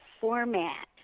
format